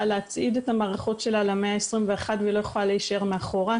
להצעיד את המערכות שלה למאה ה-21 והיא לא יכולה להשאר מאחור.